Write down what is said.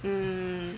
mm